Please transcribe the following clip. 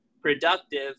productive